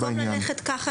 אז במקום ללכת ככה,